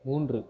மூன்று